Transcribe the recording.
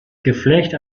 geflecht